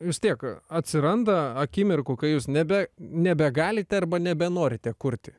vis tiek atsiranda akimirkų kai jūs nebe nebegalite arba nebenorite kurti